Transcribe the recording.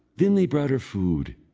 then they brought her food,